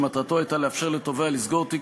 שמטרתו הייתה לאפשר לתובע לסגור תיק